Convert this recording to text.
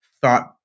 thought